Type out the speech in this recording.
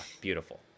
beautiful